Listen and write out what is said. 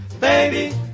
baby